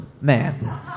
Man